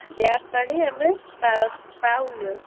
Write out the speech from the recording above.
tap ପାଣି ଆମେ ପାଉନୁ